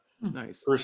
Nice